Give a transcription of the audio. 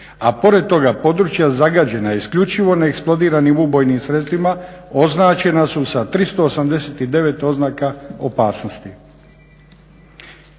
a pored toga područja zagađena isključivo neeksplodiranim ubojnim sredstvima označena su sa 389 oznaka opasnosti.